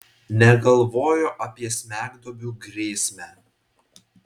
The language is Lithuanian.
negalvojo apie smegduobių grėsmę